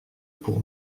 pour